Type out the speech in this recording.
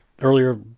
Earlier